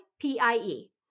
P-I-E